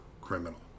criminal